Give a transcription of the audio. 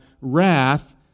wrath